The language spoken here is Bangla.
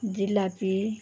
জিলিপি